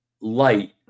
light